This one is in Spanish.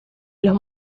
los